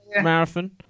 marathon